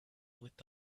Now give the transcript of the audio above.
with